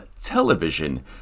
television